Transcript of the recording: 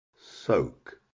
soak